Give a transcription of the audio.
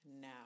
now